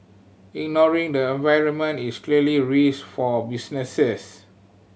ignoring the environment is clearly a risk for businesses